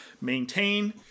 maintain